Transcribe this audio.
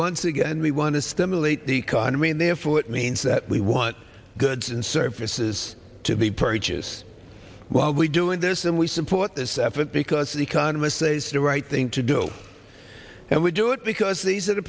once again we want to stimulate the economy and therefore it means that we want goods and services to be purchased while we doing this and we support this effort because economists say it's the right thing to do and we do it because these are